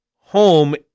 home